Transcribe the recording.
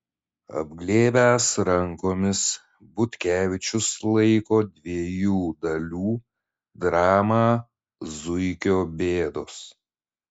apglėbęs rankomis butkevičius laiko dviejų dalių dramą zuikio bėdos